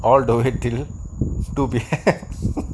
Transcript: all the way till two P_M